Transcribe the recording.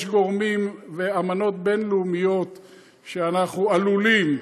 יש גורמים ואמנות בין-לאומיות שאנחנו עלולים,